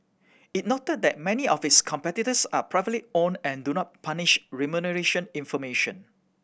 it noted that many of its competitors are privately owned and do not publish remuneration information